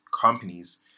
companies